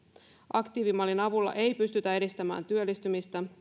aktiivimallin avulla ei pystytä edistämään työllistymistä